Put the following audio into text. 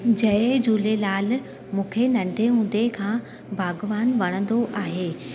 जय झूलेलाल मूंखे नंढे हूंदे खां बागवान वणंदो आहे